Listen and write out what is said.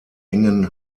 engen